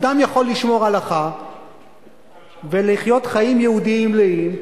אדם יכול לשמור הלכה ולחיות חיים יהודיים מלאים,